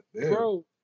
Bro